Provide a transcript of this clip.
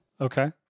Okay